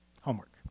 Homework